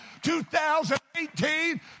2018